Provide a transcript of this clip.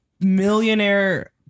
millionaire